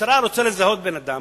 כשהמשטרה רוצה לזהות בן-אדם,